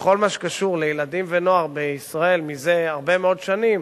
בכל מה שקשור לילדים ונוער בישראל מזה הרבה מאוד שנים,